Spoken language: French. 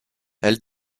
elle